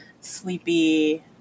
sleepy